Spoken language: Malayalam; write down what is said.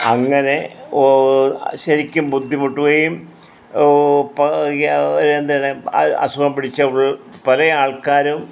അങ്ങനെ ഓ ശരിക്കും ബുദ്ധിമുട്ടുകയും ഓ പ എന്തരാണ് ആ അസുഖം പിടിച്ച പല ആൾക്കാരും